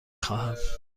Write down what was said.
خواهم